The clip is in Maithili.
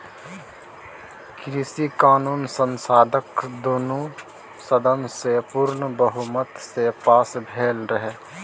कृषि कानुन संसदक दुनु सदन सँ पुर्ण बहुमत सँ पास भेलै रहय